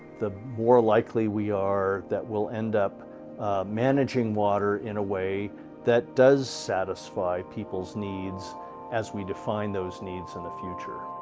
the more likely we are that we'll end up managing water in a way that does satisfy people's needs as we define those needs in the future.